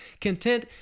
content